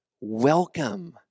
welcome